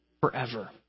forever